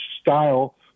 style